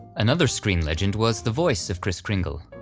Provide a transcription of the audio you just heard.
another screen legend was the voice of kris kringle,